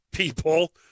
people